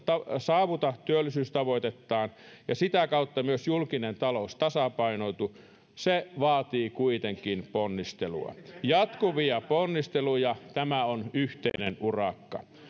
saavuta työllisyystavoitettaan ja sitä kautta myös julkinen talous tasapainotu se vaatii kuitenkin ponnistelua jatkuvia ponnisteluja tämä on yhteinen urakka